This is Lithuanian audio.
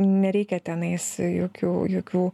nereikia tenais jokių jokių